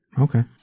Okay